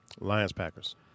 Lions-Packers